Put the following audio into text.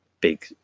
big